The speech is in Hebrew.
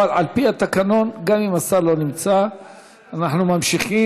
אבל על פי התקנון גם אם השר לא נמצא אנחנו ממשיכים,